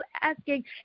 asking